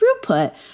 throughput